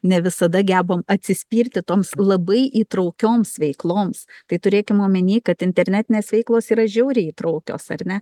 ne visada gebam atsispirti toms labai įtraukioms veikloms tai turėkim omeny kad internetinės veiklos yra žiauriai įtraukios ar ne